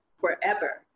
forever